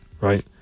Right